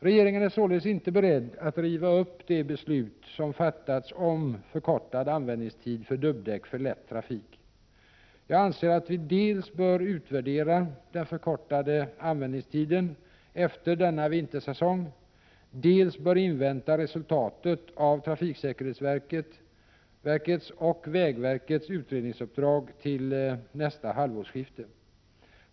Regeringen är således inte beredd att riva upp det beslut som fattats om förkortad användningstid för dubbdäck för lätt trafik. Jag anser att vi dels bör utvärdera den förkortade dubbanvändningstiden efter denna vintersäsong, dels bör invänta resultatet av trafiksäkerhetsverkets och vägverkets utredningsuppdrag till nästa halvårsskifte.